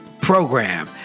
program